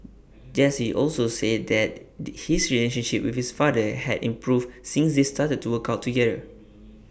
Jesse also said that his relationship with his father had improved since they started to work out together